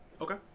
Okay